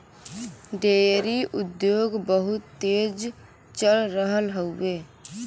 dairy उद्योग बहुत तेज चल रहल हउवे